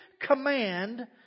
command